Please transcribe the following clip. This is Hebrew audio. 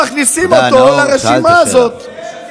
הם מכניסים אותו לרשימה הזאת.